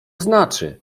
znaczy